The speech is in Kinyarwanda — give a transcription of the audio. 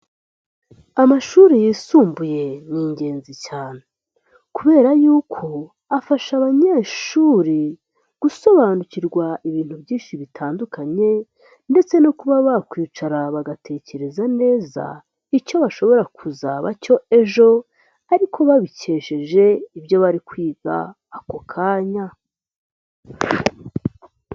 Amashuri yisumbuye ni ingenzi cyane kubera yuko afasha abanyeshuri gusobanukirwa ibintu byinshi bitandukanye, ndetse no kuba bakwicara bagatekereza neza icyo bashobora kuzaba cyo ejo ariko babikesheje ibyo bari kwiga ako kanya.